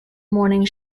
morning